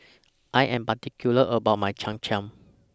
I Am particular about My Cham Cham